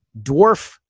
dwarf